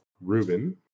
Ruben